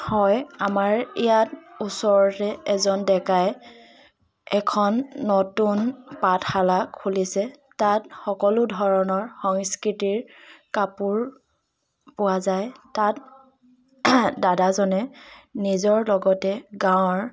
হয় আমাৰ ইয়াত ওচৰৰে এজন ডেকাই এখন নতুন পাঠশালা খুলিছে তাত সকলো ধৰণৰ সংস্কৃতিৰ কাপোৰ পোৱা যায় তাত দাদাজনে নিজৰ লগতে গাঁৱৰ